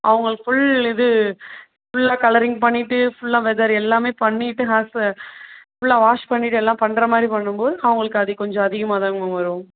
அவங்களுக்கு ஃபுல் இது ஃபுல்லாக கலரிங் பண்ணிவிட்டு ஃபுல்லாக வெதர் எல்லாமே பண்ணிட்டு ஹேர் ஸ்பா ஃபுல்லா வாஷ் பண்ணிவிட்டு எல்லாம் பண்ணுற மாதிரி பண்ணும் போது அவங்களுக்கு அது கொஞ்சம் அதிகமாக தான் மேம் வரும்